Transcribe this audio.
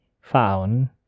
found